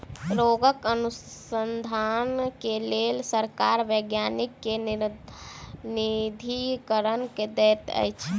रोगक अनुसन्धान के लेल सरकार वैज्ञानिक के निधिकरण दैत अछि